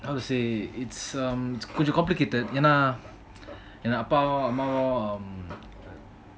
how to say it's um கொஞ்சம்:konjam complicated என்ன அப்பாவும் அம்மாவும்:enna appavum ammavum